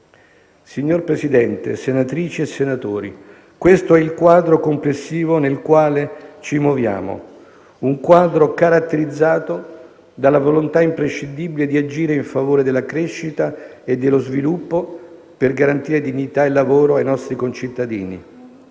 Signor Presidente, senatrici e senatori, questo è il quadro complessivo nel quale ci muoviamo; un quadro caratterizzato dalla volontà imprescindibile di agire in favore della crescita e dello sviluppo per garantire dignità e lavoro ai nostri concittadini,